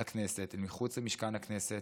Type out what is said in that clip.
לכנסת, מחוץ למשכן הכנסת,